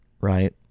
right